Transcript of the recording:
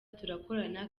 turakorana